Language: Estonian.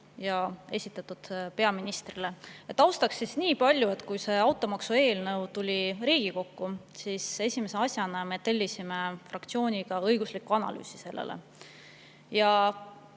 on esitatud peaministrile. Taustaks nii palju, et kui see automaksu eelnõu tuli Riigikokku, siis esimese asjana me tellisime fraktsiooniga õigusliku analüüsi sellele. Ja